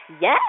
Yes